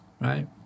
right